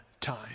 time